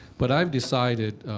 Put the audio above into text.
but i've decided,